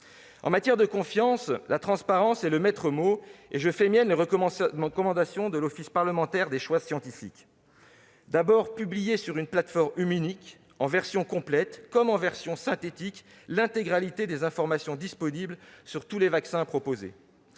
En matière de confiance, la transparence est le maitre mot, et je fais miennes les recommandations de l'Office parlementaire d'évaluation des choix scientifiques et technologiques : publier sur une plateforme unique en version complète, comme en version synthétique, l'intégralité des informations disponibles sur tous les vaccins proposés